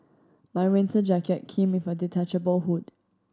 my winter jacket came with a detachable hood